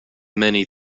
many